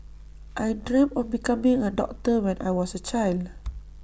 I dreamt of becoming A doctor when I was A child